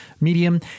medium